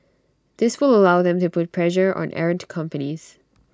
this will allow them to put pressure on errant companies